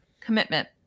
Commitment